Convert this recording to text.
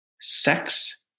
sex